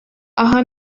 aha